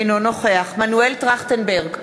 אינו נוכח מנואל טרכטנברג,